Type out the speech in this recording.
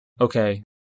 okay